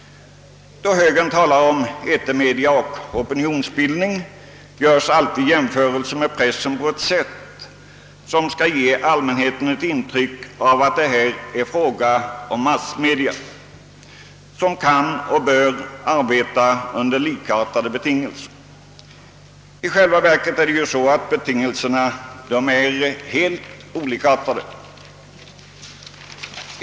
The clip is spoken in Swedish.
Då högern talar om etermedia och opinionsbildning görs alltid jämförelser med pressen på ett sätt som skall ge allmänheten ett intryck av att det här är fråga om massmedia som kan och bör arbeta under likartade betingelser. I själva verket är dock betingelserna helt olikartade.